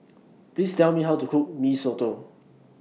Please Tell Me How to Cook Mee Soto